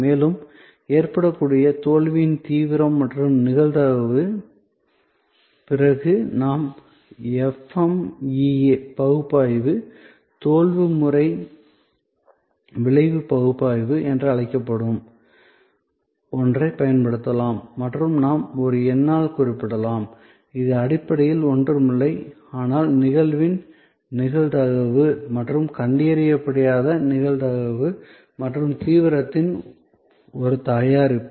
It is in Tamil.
மேலும் ஏற்படக்கூடிய தோல்வியின் தீவிரம் மற்றும் நிகழ்தகவு பிறகு நாம் FMEA பகுப்பாய்வு தோல்வி முறை விளைவு பகுப்பாய்வு என்று அழைக்கப்படும் ஒன்றைப் பயன்படுத்தலாம் மற்றும் நாம் ஒரு எண்ணால் குறிப்பிடலாம் இது அடிப்படையில் ஒன்றுமில்லை ஆனால் நிகழ்வின் நிகழ்தகவு மற்றும் கண்டறியப்படாத நிகழ்தகவு மற்றும் தீவிரத்தின் ஒரு தயாரிப்பு